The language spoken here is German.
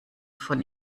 von